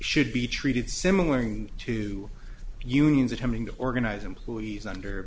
should be treated similar thing to unions attempting to organize employees under